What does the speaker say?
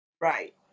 Right